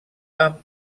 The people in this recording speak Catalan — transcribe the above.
amb